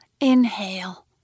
inhale